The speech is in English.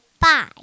bye